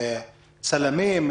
צלמים,